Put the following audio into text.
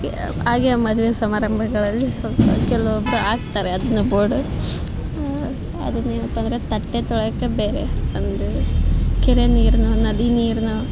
ಹಾಗೇ ಮದುವೆ ಸಮಾರಂಭಗಳಲ್ಲಿ ಸ್ವಲ್ಪ ಕೆಲವೊಬ್ಬರು ಹಾಕ್ತರೆ ಅದನ್ನು ಬೋರ್ಡು ಅದನ್ಯಾಕಂದರೆ ತಟ್ಟೆ ತೊಳ್ಯಕ್ಕೆ ಬೇರೆ ಅಂದರೆ ಕೆರೆ ನೀರನ್ನೋ ನದಿ ನೀರನ್ನೋ